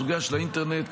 סוגיית האינטרנט,